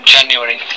January